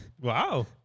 Wow